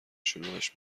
شلوغش